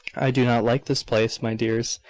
i do not like this place, my dears.